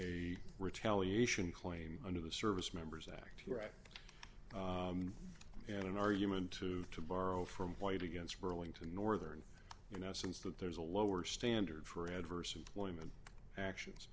a retaliation claim under the service members act right and in our human to to borrow from white against burlington northern you know since that there's a lower standard for adverse employment actions